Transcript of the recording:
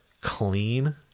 clean